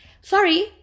Sorry